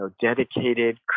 dedicated